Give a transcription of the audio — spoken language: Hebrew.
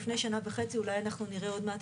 לפני שנה וחצי אולי אנחנו נראה עוד מעט